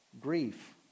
grief